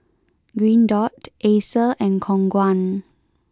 Green dot Acer and Khong Guan